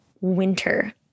winter